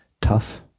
tough